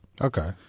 Okay